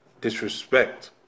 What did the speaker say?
disrespect